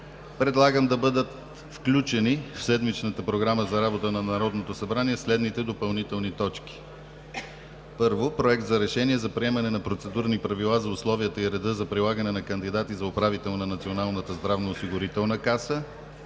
предлагам да бъдат включени в седмичната Програма за работа на Народното събрание следните допълнителни точки: 1. Проект за решение за приемане на процедурни правила за условията и реда за предлагане на кандидати за управител на Националната здравноосигурителна каса,